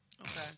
okay